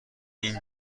این